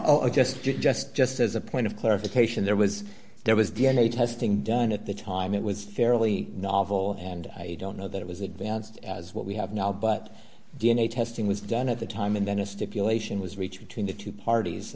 sorry just just just as a point of clarification there was there was d n a testing done at the time it was fairly novel and i don't know that it was advanced as what we have now but d n a testing was done at the time and then a stipulation was reached between the two parties